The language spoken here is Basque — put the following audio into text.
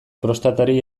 prostatari